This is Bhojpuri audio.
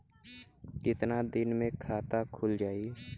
कितना दिन मे खाता खुल जाई?